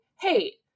hey